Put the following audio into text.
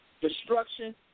destruction